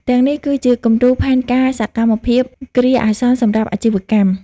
ទាំងនេះគឺជា គំរូផែនការសកម្មភាពគ្រាអាសន្នសម្រាប់អាជីវកម្ម។